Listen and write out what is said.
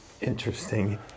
Interesting